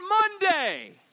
Monday